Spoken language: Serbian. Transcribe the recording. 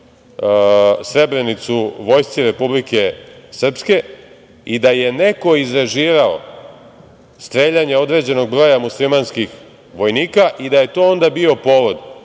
Srebrenicu vojsci Republike Srpske i da je neko izrežirao streljanje određenog broja muslimanskih vojnika i da je to onda bio povod